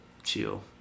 chill